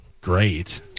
great